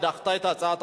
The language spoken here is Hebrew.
אנחנו עוברים להצעת חוק